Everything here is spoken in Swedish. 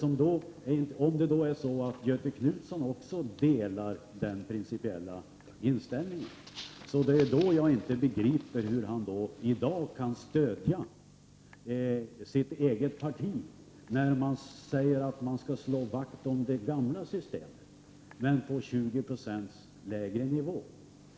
Om Göthe Knutson också har den principiella inställningen, begriper jag inte hur han i dag kan stödja sitt eget partis förslag när det gäller detta med att slå vakt om det gamla systemet och att stödet skall vara 20 96 mindre.